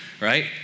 right